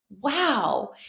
Wow